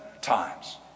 times